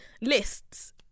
lists